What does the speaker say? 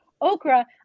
Okra